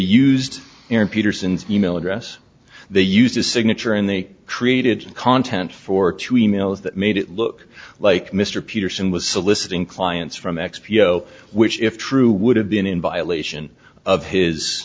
used peterson's e mail address they used a signature and they treated content for two e mails that made it look like mr peterson was soliciting clients from x p o which if true would have been in violation of his